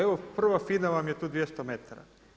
Evo prva FINA vam je tu 200 metara.